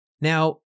Now